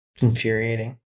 Infuriating